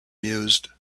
mused